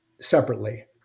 separately